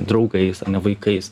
draugais ar ne vaikais